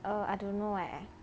err I don't know eh